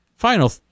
final